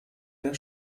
der